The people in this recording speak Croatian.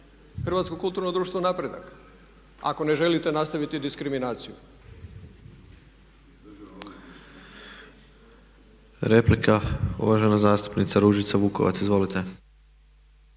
Hrvatsko kulturno društvo "Napredak" ako ne želite nastaviti diskriminaciju.